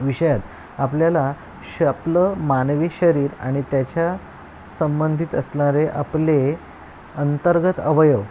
विषयात आपल्याला श आपलं मानवी शरीर आणि त्याच्या संबंधित असणारे आपले अंतर्गत अवयव